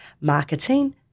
marketing